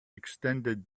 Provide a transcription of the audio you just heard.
extended